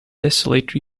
desolate